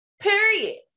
period